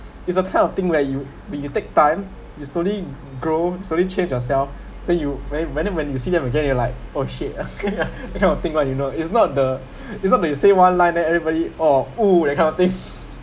it's a kind of thing where you where you take time to slowly grow to slowly change yourself then you when whenever when you see them again you are like oh shit that kind of thing like you know it's not the it's not you say one line then everybody oh !ow! that kind of thing